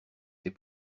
ses